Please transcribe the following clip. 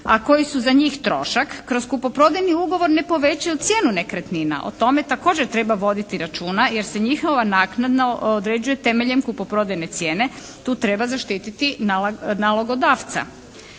a koji su za njih trošak kroz kupoprodajni ugovor ne povećaju cijenu nekretnina. O tome također treba voditi računa jer se njihova naknada određuje temeljem kupoprodajne cijene. Tu treba zaštititi nalogodavca.